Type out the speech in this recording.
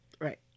right